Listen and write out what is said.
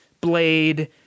blade